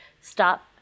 stop